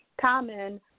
common